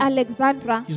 Alexandra